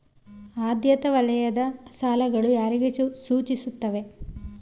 ಆದ್ಯತಾ ವಲಯದ ಸಾಲಗಳು ಯಾರಿಗೆ ಸೂಚಿಸುತ್ತವೆ?